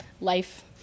life